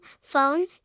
phone